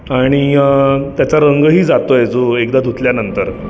आणि त्याचा रंगही जातोय जो एकदा धुतल्यानंतर